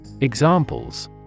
Examples